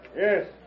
Yes